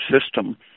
system